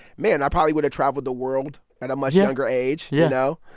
man, i probably would've travel the world at a much younger age, you know?